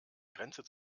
grenze